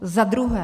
Za druhé.